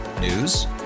News